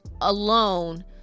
alone